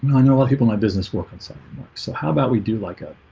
i know how people my business working something like so how about we do like a